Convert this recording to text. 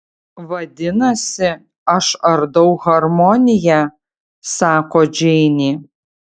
vadinasi aš ardau harmoniją sako džeinė